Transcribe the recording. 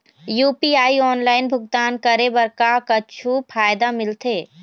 UPI online भुगतान करे बर का कुछू फायदा मिलथे?